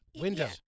Windows